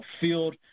field